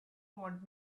want